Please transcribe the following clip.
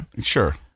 Sure